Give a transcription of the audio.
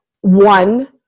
one